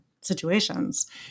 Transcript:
situations